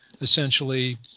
essentially